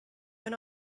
when